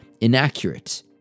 inaccurate